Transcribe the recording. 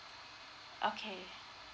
okay